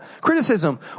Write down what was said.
Criticism